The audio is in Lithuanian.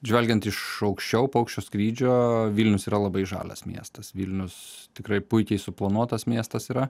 žvelgiant iš aukščiau paukščio skrydžio vilnius yra labai žalias miestas vilnius tikrai puikiai suplanuotas miestas yra